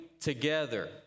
together